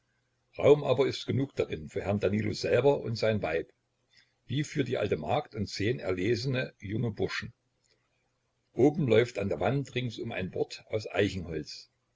raum aber ist genug darin für herrn danilo selber und sein weib wie für die alte magd und zehn erlesene junge burschen oben läuft an der wand ringsum ein bort aus eichenholz